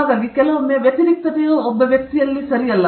ಹಾಗಾಗಿ ಕೆಲವೊಮ್ಮೆ ವ್ಯತಿರಿಕ್ತತೆಯು ಒಬ್ಬ ವ್ಯಕ್ತಿಯಲ್ಲಿ ಸರಿಯಲ್ಲ